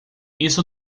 isso